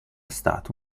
stato